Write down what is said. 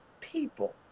people